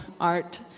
art